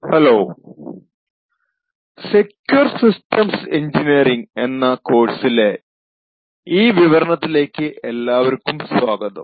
hello secure systems engineering എന്ന കോഴ്സിലെ ഈ വിവരണത്തിലേക്കു എല്ലാവർക്കും സ്വാഗതം